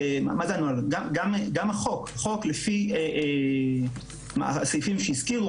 וגם החוק לפי הסעיפים שהזכירו,